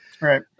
Right